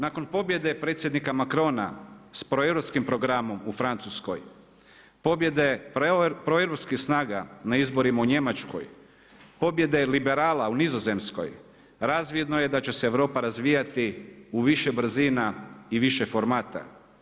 Nakon pobjede predsjednika Macrona s proeuropskim programom u Francuskoj, pobjede proeuropskih snaga na izborima u Njemačkoj, pobjede liberala u Nizozemskoj razvidno je da će se Europa razvijati u više brzina i više formata.